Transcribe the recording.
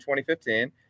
2015